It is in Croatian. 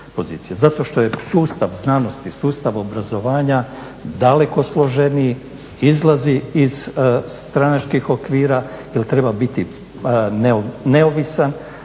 Zato što je sustav znanosti, sustav obrazovanja daleko složeniji, izlazi iz stranačkih okvira jer treba biti neovisan